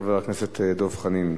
חבר הכנסת דב חנין,